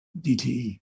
DTE